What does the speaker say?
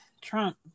Trump